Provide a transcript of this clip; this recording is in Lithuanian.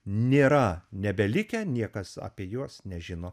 nėra nebelikę niekas apie juos nežino